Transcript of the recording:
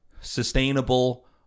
sustainable